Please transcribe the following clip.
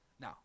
Now